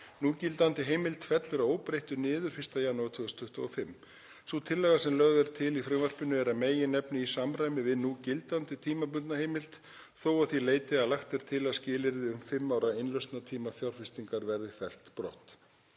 Núgildandi heimild fellur að óbreyttu niður 1. janúar 2025. Sú tillaga sem lögð er til í frumvarpinu er að meginefni í samræmi við núgildandi tímabundna heimild þó að því leyti að lagt er til að skilyrðið um fimm ára innlausnartíma fjárfestingar verði fellt brott.